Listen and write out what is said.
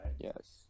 Yes